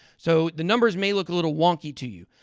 so the numbers may look a little wonky to you.